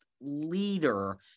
leader